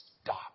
stop